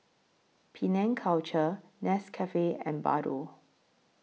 Penang Culture Nescafe and Bardot